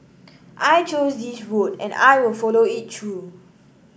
I chose this road and I'll follow it through